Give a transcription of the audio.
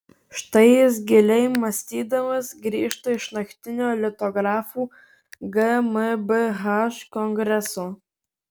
štai jis giliai mąstydamas grįžta iš naktinio litografų gmbh kongreso